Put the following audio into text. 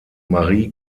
marie